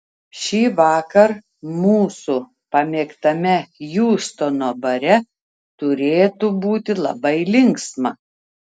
šįvakar mūsų pamėgtame hjustono bare turėtų būti labai linksma